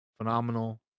Phenomenal